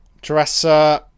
Dresser